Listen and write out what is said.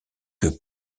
que